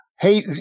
hey